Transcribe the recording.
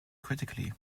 critically